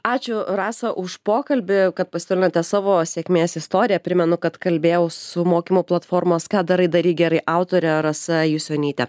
ačiū rasa už pokalbį kad pasidalinote savo sėkmės istorija primenu kad kalbėjau su mokymų platformos ką darai daryk gerai autore rasa jusionyte